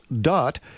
dot